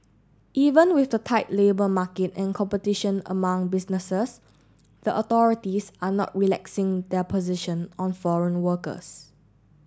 even with the tight labour market and competition among businesses the authorities are not relaxing their position on foreign workers